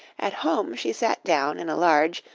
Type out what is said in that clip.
at home she sat down in a large,